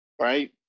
Right